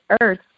earth